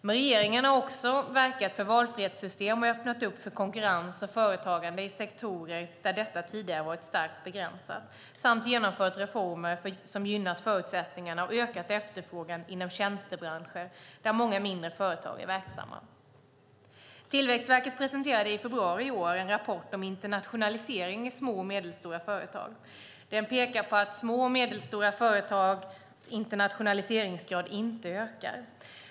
Men regeringen har också verkat för valfrihetssystem och öppnat upp för konkurrens och företagande i sektorer där detta tidigare varit starkt begränsat samt genomfört reformer som gynnat förutsättningarna för och ökat efterfrågan inom tjänstebranscher där många mindre företag är verksamma. Tillväxtverket presenterade i februari i år en rapport om internationalisering i små och medelstora företag. Den pekar på att små och medelstora företags internationaliseringsgrad inte ökar.